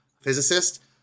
physicist